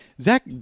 Zach